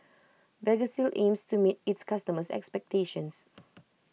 Vagisil aims to meet its customers' expectations